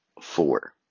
four